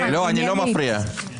אני לא מפריע.